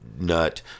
nut